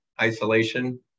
isolation